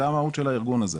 זה המהות של הארגון הזה.